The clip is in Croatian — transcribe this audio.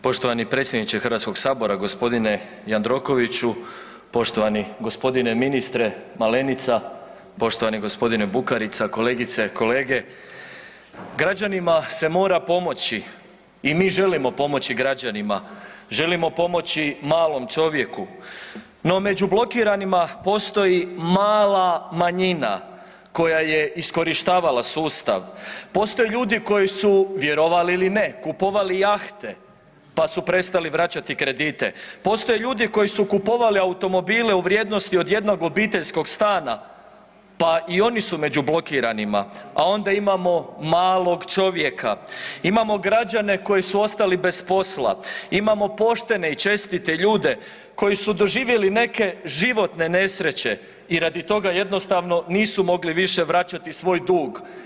Poštovani predsjedniče Hrvatskoga sabora gospodine Jandrokoviću, poštovani gospodine ministre Malenica, poštovani gospodine Bukarica, kolegice, kolege, građanima se mora pomoći i mi želimo pomoći građanima, želimo pomoći malom čovjeku, no među blokiranima postoji mala manjina koja je iskorištavala sustav, postoje ljudi koji su vjerovali ili ne kupovali jahte, pa su prestali vraćati kredite, postoje ljudi koji su kupovali automobile u vrijednosti od jednog obiteljskog stana pa i oni su među blokiranima, a onda imamo malog čovjeka, imamo građane koji su ostali bez posla, imamo poštene i čestite ljude koji su doživjeli neke životne nesreće i radi toga jednostavno nisu mogli više vraćati svoj dug.